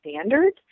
standard